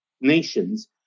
nations